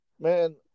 Man